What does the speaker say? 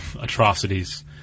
atrocities